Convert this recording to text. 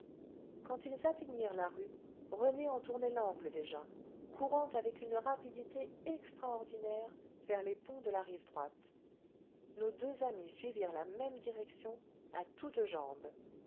quand ils atteignirent la rue rené en tournait l'angle déjà courant avec une rapidité extraordinaire vers les ponts de la rive droite nos deux amis suivirent la même direction à toutes jambes